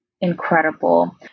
incredible